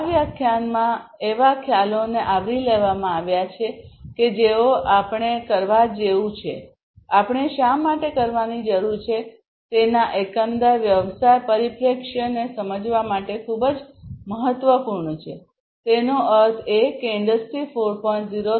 આ વ્યાખ્યાનમાં એવા ખ્યાલોને આવરી લેવામાં આવ્યા છે કે જેઓ આપણે કરવા જેવું છે આપણે શા માટે કરવાની જરૂર છે તેના એકંદર વ્યવસાય પરિપ્રેક્ષ્યને સમજવા માટે ખૂબ જ મહત્વપૂર્ણ છેતેનો અર્થ એ કે ઇન્ડસ્ટ્રી 4